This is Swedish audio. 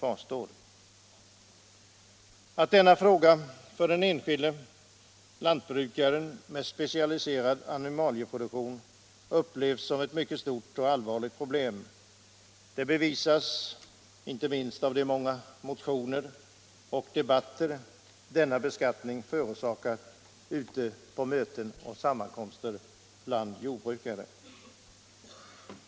Att denna fråga av den enskilde lantbrukaren med specialiserad animalieproduktion upplevs som ett mycket stort och allvarligt problem bevisar inte minst de många motioner och debatter denna beskattning förorsakat på jordbrukarnas möten och sammankomster.